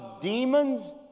demons